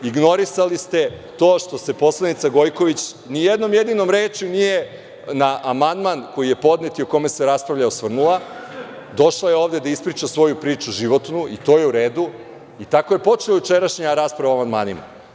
Ignorisali ste to što se poslanica Gojković nijednom jedinom rečju nije na amandman koji je podnet i o kome se raspravlja osvrnula, došla je ovde da ispriča svoju priču životnu, to je u redu i tako je počela jučerašnja rasprava o amandmanima.